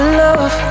love